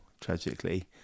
tragically